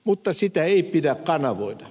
mutta sitä ei pidä kanavoida